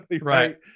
Right